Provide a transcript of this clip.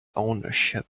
ownership